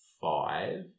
five